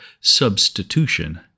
substitution